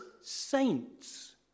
saints